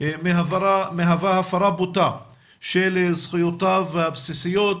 מהווה הפרה בוטה של זכויותיו הבסיסיות,